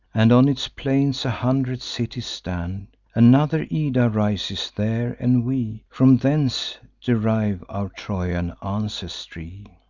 and on its plains a hundred cities stand. another ida rises there, and we from thence derive our trojan ancestry.